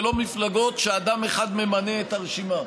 ולא מפלגות שאדם אחד ממנה את הרשימה.